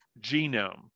genome